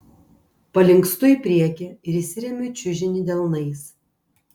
palinkstu į priekį ir įsiremiu į čiužinį delnais